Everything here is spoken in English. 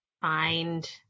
Find